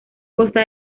costa